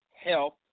health